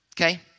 Okay